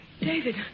David